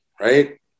right